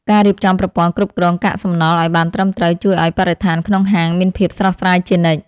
ការរៀបចំប្រព័ន្ធគ្រប់គ្រងកាកសំណល់ឱ្យបានត្រឹមត្រូវជួយឱ្យបរិស្ថានក្នុងហាងមានភាពស្រស់ស្រាយជានិច្ច។